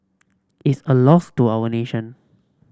it's a loss to our nation